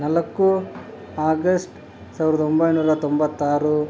ನಾಲ್ಕು ಆಗಸ್ಟ್ ಸಾವಿರದ ಒಂಬೈನೂರ ತೊಂಬತ್ತಾರು